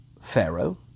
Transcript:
Pharaoh